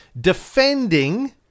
defending